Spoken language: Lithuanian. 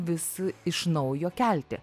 vis iš naujo kelti